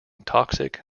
toxic